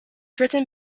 written